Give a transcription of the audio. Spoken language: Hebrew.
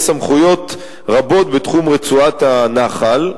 יש סמכויות רבות בתחום רצועת הנחל.